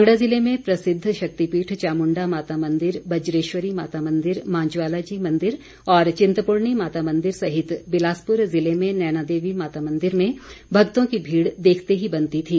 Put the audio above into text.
कांगड़ा जिले में प्रसिद्ध शक्तिपीठ चामुंडा माता मंदिर बजेश्वरी माता मंदिर मां ज्वाला जी मंदिर और चिंतपूर्णी माता मंदिर सहित बिलासपुर जिले में नैना देवी माता मंदिर में भक्तों की भीड़ देखते ही बनती थी